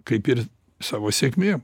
kaip ir savo sėkmėm